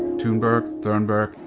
tune-berg, turn-berg,